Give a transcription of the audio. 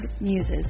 MUSES